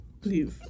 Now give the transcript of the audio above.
please